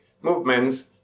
movements